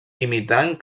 imitant